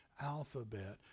alphabet